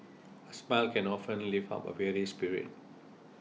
a smile can often lift up a weary spirit